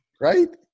right